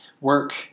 Work